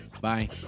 Bye